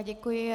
Děkuji.